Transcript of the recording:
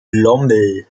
lommel